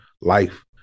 life